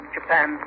Japan